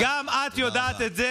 גם את יודעת את זה